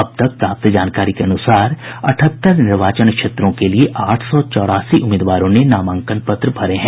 अब तक प्राप्त जानकारी के अनुसार अठहत्तर निर्वाचन क्षेत्रों के लिए आठ सौ चौरासी उम्मीदवारों ने नामांकन पत्र भरे हैं